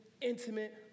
intimate